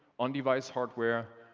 on-device hardware,